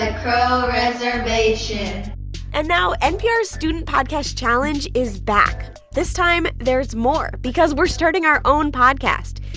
ah crow reservation and now npr's student podcast challenge is back. this time, there's more because we're starting our own podcast.